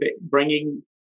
bringing